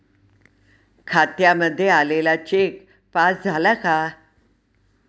खात्यामध्ये आलेला cheque pass झाला का?